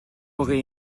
aurais